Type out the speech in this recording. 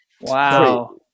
Wow